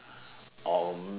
um